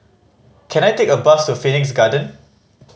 can I take a bus to Phoenix Garden